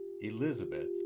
Elizabeth